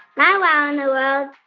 my wow in